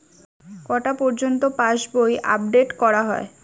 কটা পযর্ন্ত পাশবই আপ ডেট করা হয়?